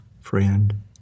friend